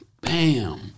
Bam